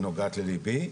היא נוגעת ללבי,